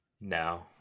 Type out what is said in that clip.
no